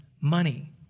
money